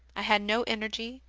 i had no energy,